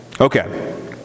Okay